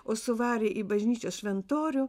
o suvarė į bažnyčios šventorių